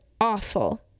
awful